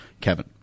Kevin